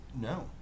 No